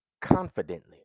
confidently